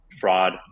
fraud